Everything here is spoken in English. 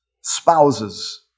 spouses